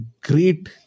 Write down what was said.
great